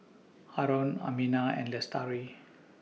Haron Aminah and Lestari